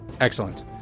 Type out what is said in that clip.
Excellent